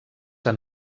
han